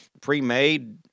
pre-made